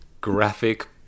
Graphic